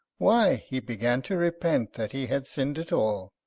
why he began to repent that he had sinned at all.